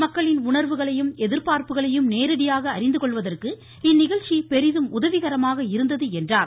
மக்களின் உணர்வுகளையும் எதிர்பார்ப்புகளையும் நேரடியாக அறிந்து கொள்வதற்கு இந்நிகழ்ச்சி பெரிதும் உதவிகரமாக இருந்தது என்றார்